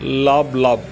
लाबलाब